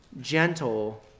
gentle